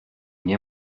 nie